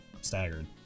staggered